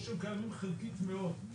או שהם קיימים חלקית מאוד.